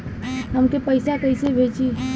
हमके पैसा कइसे भेजी?